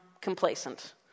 complacent